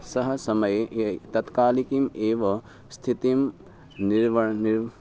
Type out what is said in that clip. सः समये य् तात्कालिकीम् एव स्थितिं र्वणयति निर्